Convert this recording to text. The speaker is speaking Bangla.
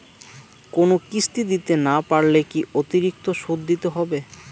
কোনো কিস্তি দিতে না পারলে কি অতিরিক্ত সুদ দিতে হবে?